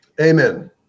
Amen